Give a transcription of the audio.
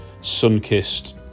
sun-kissed